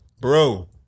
Bro